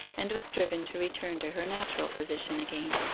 and was driven to return to her natural position again.